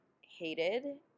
hated